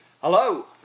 Hello